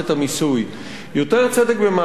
יותר צדק במערכת המיסוי זה בדיוק